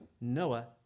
Noah